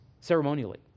ceremonially